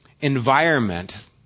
environment